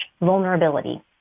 vulnerability